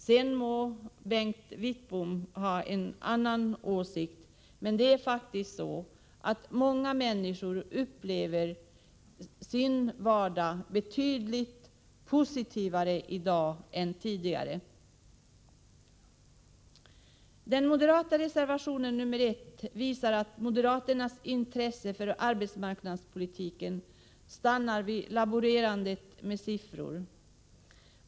Sedan må Bengt Wittbom ha en annan åsikt, men många människor upplever sin vardag betydligt positivare i dag än tidigare. Den moderata reservationen nr 1 visar att moderaternas intresse för arbetsmarknadspolitiken stannar vid laborerandet med siffror.